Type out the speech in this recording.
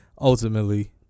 ultimately